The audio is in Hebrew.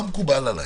לא מקובל עלי,